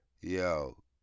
Yo